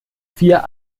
vier